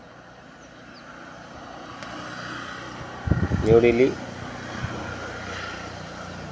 New Delhi